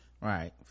right